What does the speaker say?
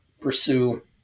pursue